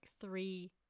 three